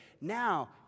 Now